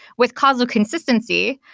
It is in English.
with causal consistency,